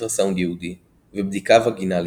ייעודי ובדיקה וגינלית,